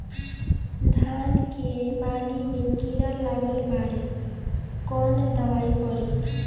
धान के बाली में कीड़ा लगल बाड़े कवन दवाई पड़ी?